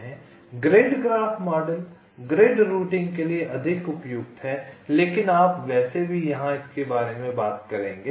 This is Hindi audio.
grid graph model grid routing के लिए अधिक उपयुक्त है लेकिन आप वैसे भी यहां इसके बारे में बात करेंगे